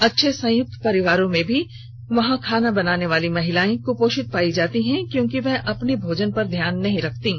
अच्छे संयुक्त परिवारों में भी वहां पर खाना बनाने वाली महिला कुपोषित पाई जाती हैं क्योंकि वह अपने भोजन का ध्यान नहीं रखतीं